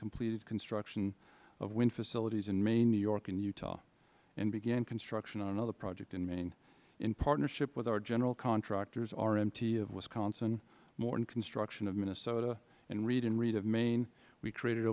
completed construction of wind facilities in maine new york and utah and began construction on another project in maine in partnership with our general contractors rmt in wisconsin mortenson construction in minnesota and reed and reed in maine we created